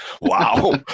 wow